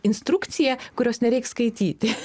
instrukcija kurios nereik skaityti